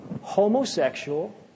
Homosexual